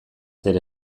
zer